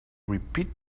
repeat